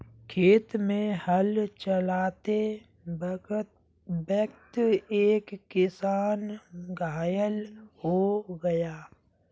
खेत में हल चलाते वक्त एक किसान घायल हो गया